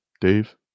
Dave